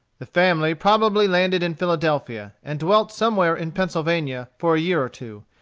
the family probably landed in philadelphia, and dwelt somewhere in pennsylvania, for a year or two,